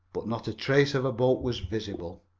but not a trace of a boat was visible.